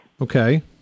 Okay